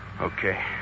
Okay